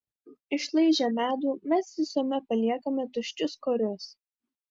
išlaižę medų mes visuomet paliekame tuščius korius